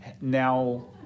now